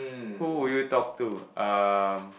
who would you talk to um